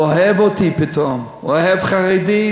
הוא אוהב אותי פתאום, הוא אוהב חרדים.